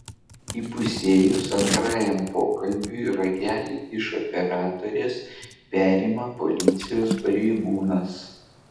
įpusėjus antrajam pokalbiui ragelį iš operatorės perima policijos pareigūnas